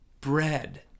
bread